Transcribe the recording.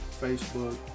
Facebook